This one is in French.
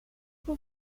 vous